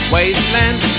Wasteland